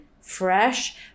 fresh